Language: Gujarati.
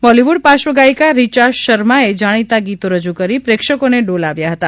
બોલીવુડ પાશ્વ ગાયિકા રીયા શર્માએ જાણીતા ગીતો રજૂ કરી પ્રેક્ષકોને ડોલાવ્યા હતા